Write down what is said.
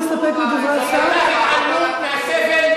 אני מציע להסתפק בדברי ולהסיר אותה,